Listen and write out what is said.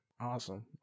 Awesome